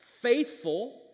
faithful